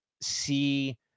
see